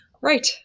right